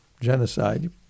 genocide